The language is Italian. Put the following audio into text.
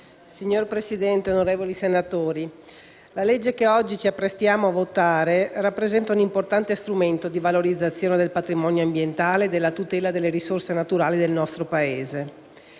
Signora Presidente, onorevoli senatori, il disegno di legge in esame rappresenta un importante strumento di valorizzazione del patrimonio ambientale e nella tutela delle risorse naturali del nostro Paese.